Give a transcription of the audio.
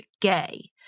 gay